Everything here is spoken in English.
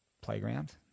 playground